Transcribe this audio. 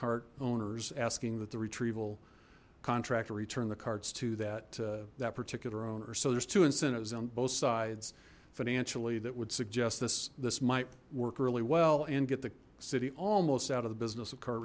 cart owners asking that the retrieval contractor return the carts to that that particular owner so there's two incentives on both sides financially that would suggest this this might work really well and get the city almost out of the business of car